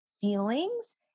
feelings